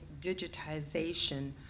digitization